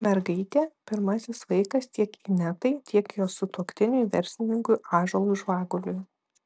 mergaitė pirmasis vaikas tiek inetai tiek jos sutuoktiniui verslininkui ąžuolui žvaguliui